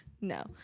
No